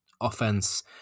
offense